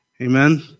Amen